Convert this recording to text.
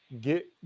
get